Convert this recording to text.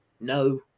No